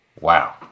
Wow